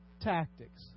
tactics